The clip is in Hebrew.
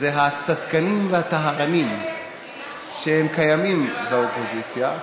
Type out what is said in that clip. הצדקנים והטהרנים שקיימים באופוזיציה,